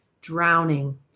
drowning